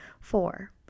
Four